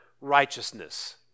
righteousness